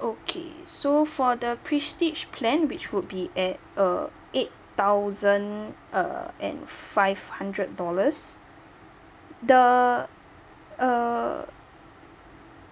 okay so for the prestige plan which would be at uh eight thousand err and five hundred dollars the err